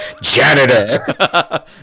janitor